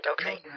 okay